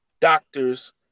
doctors